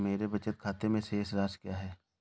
मेरे बचत खाते में शेष राशि क्या है?